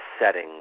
setting